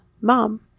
mom